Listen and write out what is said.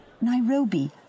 Nairobi